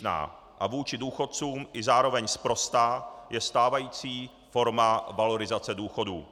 Směšná a vůči důchodcům i zároveň sprostá je stávající forma valorizace důchodů.